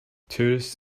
tourists